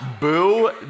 Boo